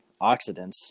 oxidants